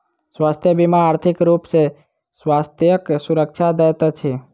स्वास्थ्य बीमा आर्थिक रूप सॅ स्वास्थ्यक सुरक्षा दैत अछि